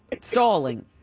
stalling